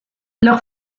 leur